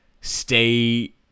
stay